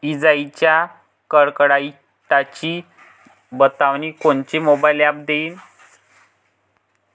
इजाइच्या कडकडाटाची बतावनी कोनचे मोबाईल ॲप देईन?